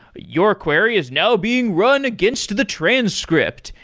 your query is now being run against the transcript.